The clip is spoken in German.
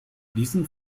diesen